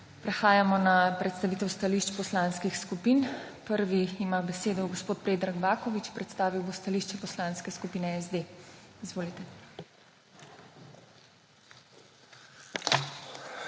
Prehajamo na predstavitev stališč poslanskih skupin. Prvi ima besedo gospod Predrag Baković, predstavil bo stališče Poslanske skupine SD. Izvolite.